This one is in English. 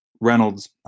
Reynolds